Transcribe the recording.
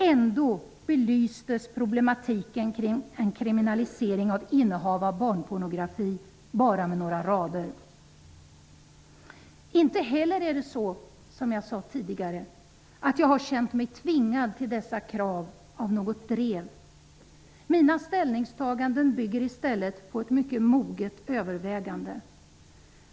Ändå belystes problematiken kring en kriminalisering av innehav av barnpornografi med bara några rader. Som jag tidigare sade är det inte heller så, att jag har känt mig tvingad till dessa krav av något drev. Mina ställningstaganden bygger i stället på ett mycket moget övervägande.